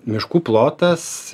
miškų plotas